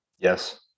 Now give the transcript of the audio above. Yes